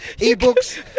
E-books